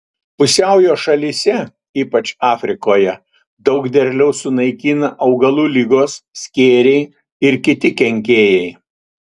pusiaujo šalyse ypač afrikoje daug derliaus sunaikina augalų ligos skėriai ir kiti kenkėjai